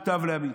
מוטב להמעיט.